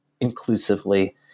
inclusively